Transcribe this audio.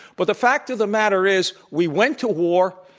but the fact of the matter is we went to war,